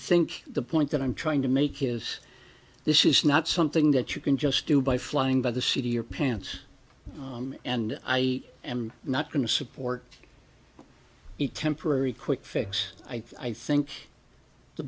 think the point that i'm trying to make is this is not something that you can just do by flying by the city or pants and i am not going to support a temporary quick fix i think the